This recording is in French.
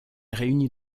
réunit